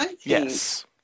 Yes